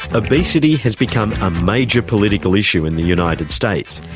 obesity has become a major political issue in the united states,